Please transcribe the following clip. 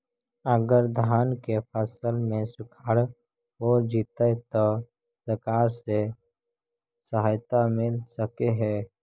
अगर धान के फ़सल में सुखाड़ होजितै त सरकार से सहायता मिल सके हे?